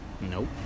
Nope